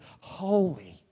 holy